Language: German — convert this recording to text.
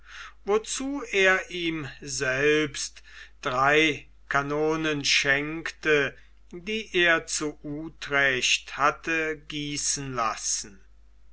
wozu er ihm selbst drei kanonen schenkte die er zu utrecht hatte gießen lassen